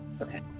Okay